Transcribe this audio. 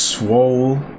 Swole